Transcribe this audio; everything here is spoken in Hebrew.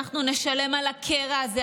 אנחנו נשלם על הקרע הזה,